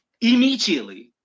immediately